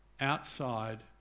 outside